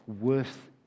worth